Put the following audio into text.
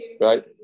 Right